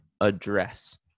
address